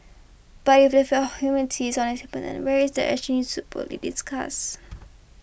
but if the fell humanity is on the where is the action so boldly discuss